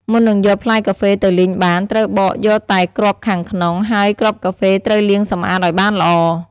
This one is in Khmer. មុននឹងយកផ្លែកាហ្វេទៅលីងបាន ត្រូវបកយកតែគ្រាប់ខាងក្នុង ហើយគ្រាប់កាហ្វេត្រូវលាងសម្អាតឱ្យបានល្អ។